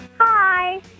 Hi